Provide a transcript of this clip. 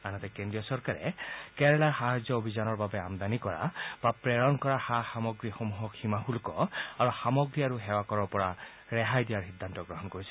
আনহাতে কেন্দ্ৰীয় চৰকাৰে কেৰালাৰ সাহায্য অভিযানৰ বাবে আমদানি কৰা বা প্ৰেৰণ কৰা সা সামগ্ৰীসমূহক সীমা শুল্ক আৰু সামগ্ৰী আৰু সেৱা কৰৰ পৰা ৰেহাই দিয়াৰ সিদ্ধান্ত গ্ৰহণ কৰিছে